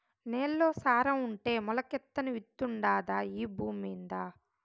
నేల్లో సారం ఉంటే మొలకెత్తని విత్తుండాదా ఈ భూమ్మీద